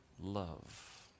love